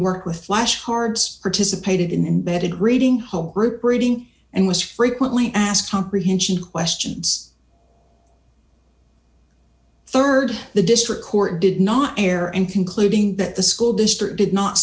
work with flashcards participated in bed reading home group reading and was frequently asked comprehension questions rd the district court did not air and concluding that the school district did not